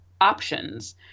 options